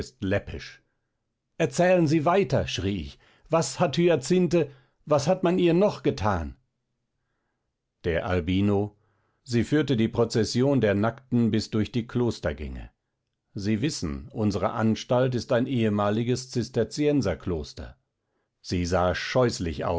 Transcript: erzählen sie weiter schrie ich was hat hyacinthe was hat man ihr noch getan der albino sie führte die prozession der nackten bis durch die klostergänge sie wissen unsere anstalt ist ein ehemaliges zisterzienserkloster sie sah scheußlich